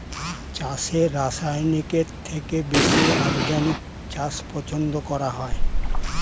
চাষে রাসায়নিকের থেকে বেশি অর্গানিক চাষ পছন্দ করা হয়